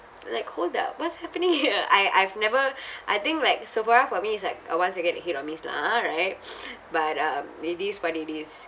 like hold up what's happening here I I've never I think like Sephora for me is like uh once you get a hit or miss lah ah right but um it is what it is